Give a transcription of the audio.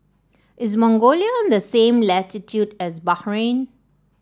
is Mongolia on the same latitude as Bahrain